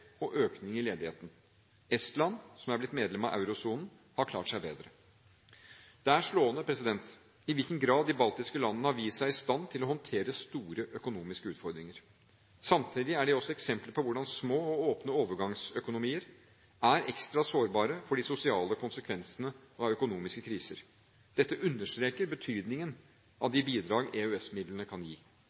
og økning i arbeidsledigheten. Estland, som er blitt medlem av eurosonen, har klart seg bedre. Det er slående i hvilken grad de baltiske landene har vist seg i stand til å håndtere store økonomiske utfordringer. Samtidig er de også eksempler på hvordan små og åpne overgangsøkonomier er ekstra sårbare for de sosiale konsekvensene av økonomiske kriser. Dette understreker betydningen av de bidrag EØS-midlene kan gi.